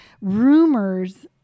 rumors